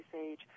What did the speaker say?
age